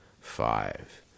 five